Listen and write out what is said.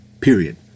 period